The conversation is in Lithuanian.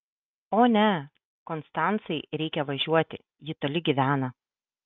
o ne konstancai reikia važiuoti ji toli gyvena